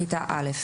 היום: